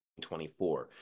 2024